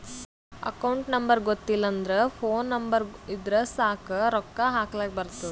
account number ಗೊತ್ತಿಲ್ಲ ಅಂದುರ್ phone number ಇದ್ದುರ್ ಸಾಕ್ ರೊಕ್ಕಾ ಹಾಕ್ಲಕ್ ಬರ್ತುದ್